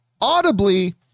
audibly